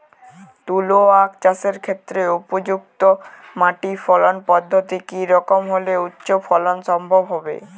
তুলো আঁখ চাষের ক্ষেত্রে উপযুক্ত মাটি ফলন পদ্ধতি কী রকম হলে উচ্চ ফলন সম্ভব হবে?